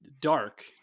dark